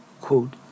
quote